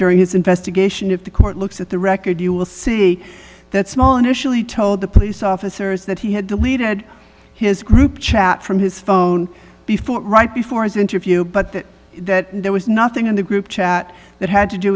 during his investigation if the court looks at the record you will see that small initially told the police officers that he had deleted his group chat from his phone before right before his interview but that that there was nothing in the group chat that had to do